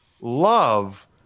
love